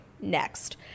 next